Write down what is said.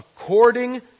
according